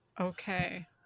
Okay